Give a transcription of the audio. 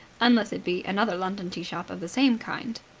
unless it be another london tea-shop of the same kind.